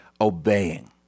obeying